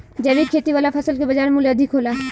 जैविक खेती वाला फसल के बाजार मूल्य अधिक होला